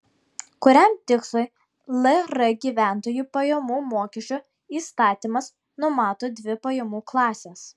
kuriam tikslui lr gyventojų pajamų mokesčio įstatymas numato dvi pajamų klases